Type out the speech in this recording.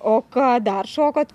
o ką dar šokot